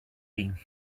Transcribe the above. been